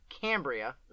Cambria